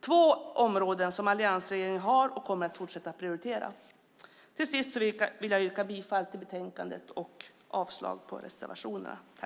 Det är två områden som alliansregeringen har och kommer att fortsätta prioritera. Till sist vill jag yrka bifall till utskottets förslag i betänkandet och avslag på reservationerna.